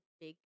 big